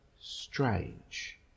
strange